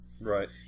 right